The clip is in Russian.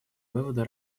выводы